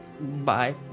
Bye